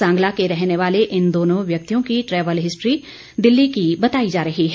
सांगला के रहने वाले इन दोनों व्यक्तियों की ट्रेवल हिस्ट्री दिल्ली की बताई जा रही है